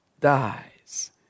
dies